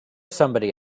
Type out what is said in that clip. somebody